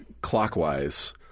clockwise